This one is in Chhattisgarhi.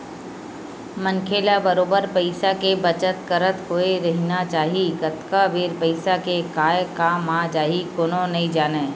मनखे ल बरोबर पइसा के बचत करत होय रहिना चाही कतका बेर पइसा के काय काम आ जाही कोनो नइ जानय